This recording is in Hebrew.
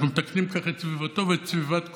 אנחנו מתקנים ככה את סביבתו ואת סביבת כולנו,